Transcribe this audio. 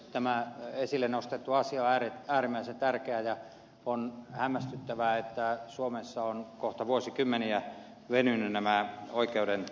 tämä esille nostettu asia on äärimmäisen tärkeä ja on hämmästyttävää että suomessa ovat kohta vuosikymmeniä venyneet nämä oikeuden käsittelyajat